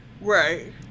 right